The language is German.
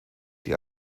die